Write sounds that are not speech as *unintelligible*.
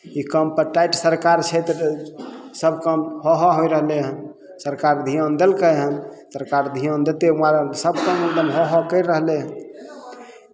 ई कामपर टाइट सरकार छै तऽ सभकाम हो हो होय रहलै हन सरकार धियान देलकै हन सरकार धियान देतै *unintelligible* सभ काम हो हो करि रहलै हन